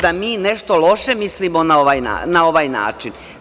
Da mi nešto loše mislimo na ovaj način?